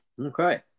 Okay